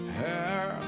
hair